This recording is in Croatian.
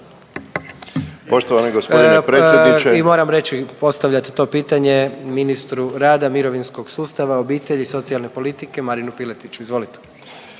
…/Upadica predsjednik: I moram reći, postavljate to pitanje ministru rada, mirovinskog sustava, obitelji i socijalne politike Marinu Piletiću, izvolite./….